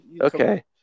Okay